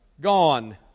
gone